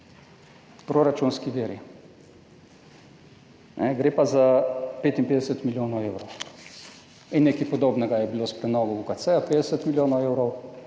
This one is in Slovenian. proračunski viri, gre pa za 55 milijonov evrov. Nekaj podobnega je bilo s prenovo UKC, 50 milijonov evrov,